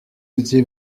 étiez